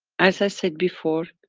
as i said before,